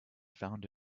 found